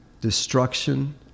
destruction